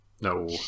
No